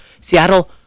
Seattle